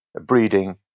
breeding